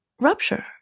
rupture